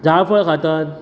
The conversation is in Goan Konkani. जायफळ खातात